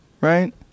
right